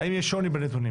האם יש שוני בנתונים?